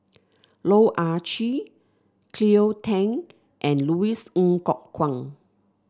Loh Ah Chee Cleo Thang and Louis Ng Kok Kwang